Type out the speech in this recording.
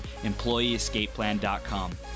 EmployeeEscapePlan.com